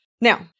now